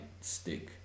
stick